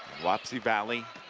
wapsie valley,